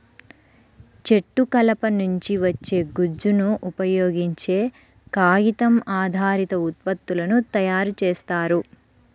చెట్టు కలప నుంచి వచ్చే గుజ్జును ఉపయోగించే కాగితం ఆధారిత ఉత్పత్తులను తయారు చేస్తారు